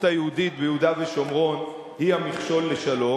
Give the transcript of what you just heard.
היהודית ביהודה ושומרון היא המכשול לשלום.